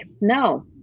no